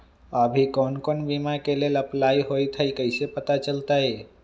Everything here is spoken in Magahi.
अभी कौन कौन बीमा के लेल अपलाइ होईत हई ई कईसे पता चलतई?